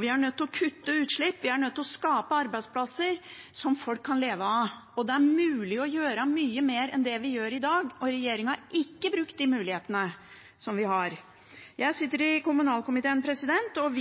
Vi er nødt til å kutte i utslipp, vi er nødt til å skape arbeidsplasser som folk kan leve av. Det er mulig å gjøre mye mer enn det vi gjør i dag, og regjeringen har ikke brukt de mulighetene vi har. Jeg sitter i kommunalkomiteen, og